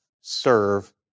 serve